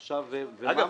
אגב,